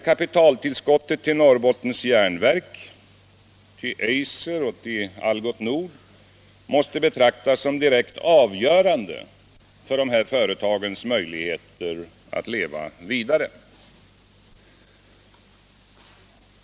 Kapitaltillskottet både till Norrbottens Järnverk och till Eiser och Algots Nord måste betraktas som direkt avgörande för dessa företags möjligheter att leva vidare.